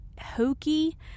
hokey